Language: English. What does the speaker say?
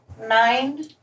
Nine